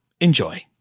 enjoy